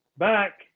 Back